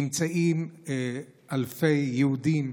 אלפי יהודים,